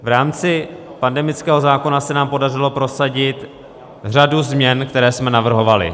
V rámci pandemického zákona se nám podařilo prosadit řadu změn, které jsme navrhovali.